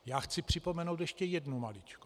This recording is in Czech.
Já chci připomenout ještě jednu maličkost.